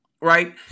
right